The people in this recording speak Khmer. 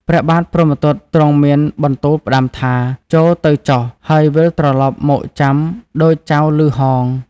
ព្រះបាទព្រហ្មទត្តទ្រង់មានបន្ទូលផ្តាំថា ចូរទៅចុះហើយវិលត្រឡប់មកចាំដូចចៅឮហោង។